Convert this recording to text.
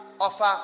offer